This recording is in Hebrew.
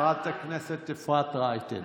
חברת הכנסת אפרת רייטן